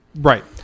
Right